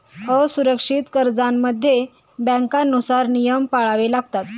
असुरक्षित कर्जांमध्ये बँकांनुसार नियम पाळावे लागतात